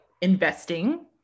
investing